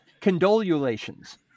condolulations